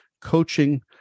coaching